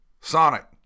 Sonic